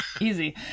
Easy